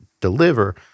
deliver